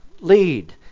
lead